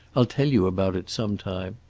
i'll tell you about it some time.